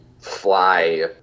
fly